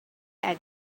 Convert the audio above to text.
egg